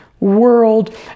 World